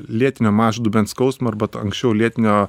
lėtinio mažo dubens skausmo arba anksčiau lėtinio